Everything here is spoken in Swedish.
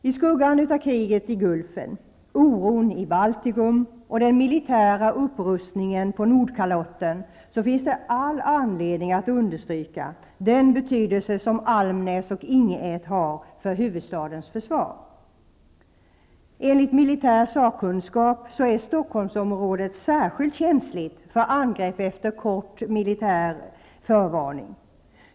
I skuggan av kriget i Gulfen, oron i Baltikum och den militära upprustningen på Nordkalotten finns det all anledning att understryka den betydelse som Enligt militär sakkunskap är Stockholmsområdet särskilt känsligt för angrepp efter kort militär förvarning.